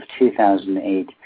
2008